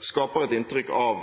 skaper et inntrykk av